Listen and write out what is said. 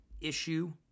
issue